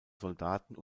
soldaten